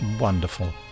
wonderful